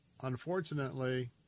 unfortunately